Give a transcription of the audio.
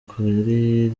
kuri